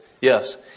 Yes